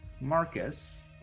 Marcus